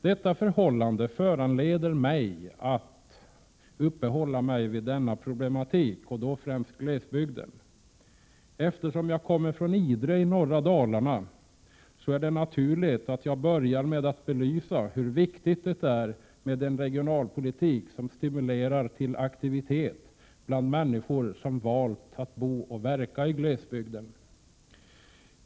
Det är anledningen till att jag skall uppehålla mig vid denna problematik, främst då glesbygdens. Eftersom jag kommer från Idre i norra Dalarna är det naturligt att jag börjar med att belysa hur viktigt det är med en regionalpolitik som stimulerar till aktivitet bland människorna som valt att bo och verka i glesbygd.